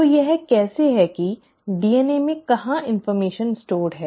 तो यह कैसा है की डीएनए में कहां इन्फ़र्मेशन संग्रहीत है